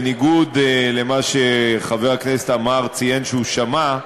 בניגוד למה שחבר הכנסת עמאר ציין שהוא שמע.